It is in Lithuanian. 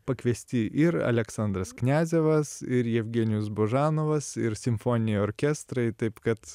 pakviesti ir aleksandras kniazevas ir jevgenijus božanovas ir simfoniniai orkestrai taip kad